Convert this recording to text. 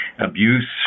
abuse